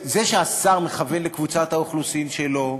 זה שהשר מכוון לקבוצת האוכלוסין שלו,